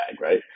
Right